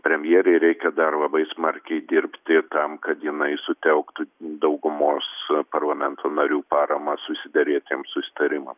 premjerei reikia dar labai smarkiai dirbti tam kad jinai sutelktų daugumos parlamento narių paramą susiderėtiem susitarimam